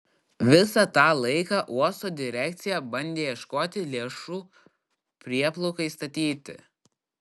visą tą laiką uosto direkcija bandė ieškoti lėšų prieplaukai statyti